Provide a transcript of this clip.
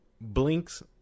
Blinks